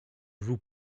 vous